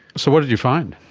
so what did you find?